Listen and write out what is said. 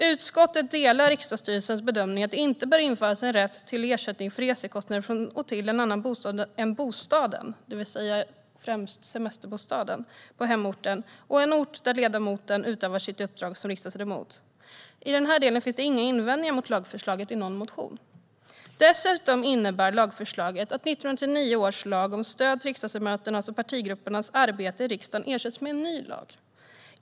Utskottet delar riksdagsstyrelsens bedömning att det inte bör införas en rätt till ersättning för resekostnader från och till en annan bostad än bostaden på hemorten, det vill säga främst en semesterbostad, och en ort där riksdagsledamoten utövar sitt uppdrag. I denna del finns det inga invändningar mot lagförslaget i någon motion. Dessutom innebär lagförslaget att 1999 års lag om stöd till riksdagsledamöternas och partigruppernas arbete i riksdagen ersätts med en ny lag.